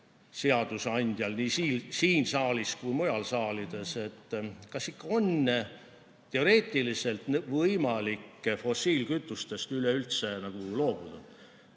seadusandjal siin saalis kui ka teistel mujal saalides, kas ikka on teoreetiliselt võimalik fossiilkütustest üleüldse loobuda.